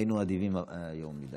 היינו אדיבים מדי היום.